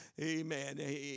amen